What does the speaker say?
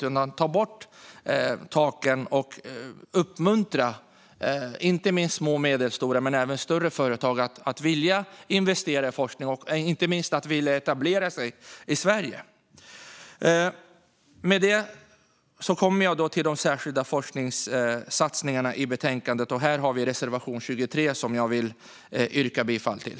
Det är bättre att ta bort taken och uppmuntra inte minst små och medelstora, men även större, företag att investera i forskning och etablera sig i Sverige. Med detta kommer jag till de särskilda forskningssatsningarna i betänkandet. Här har vi reservation 23, som jag vill yrka bifall till.